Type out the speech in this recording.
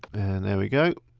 and there we go.